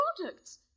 products